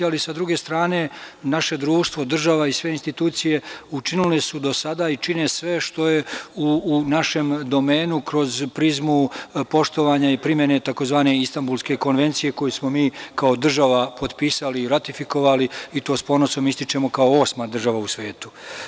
Ali, sa druge strane, naše društvo, država i sve institucije učinile su do sada i čine sve što je u našem domenu, kroz prizmu poštovanja i primene tzv. Istanbulske konvencije, koju smo mi kao država potpisali i ratifikovali i to s ponosom ističemo, kao osma država u svetu.